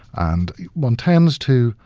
and one tends to,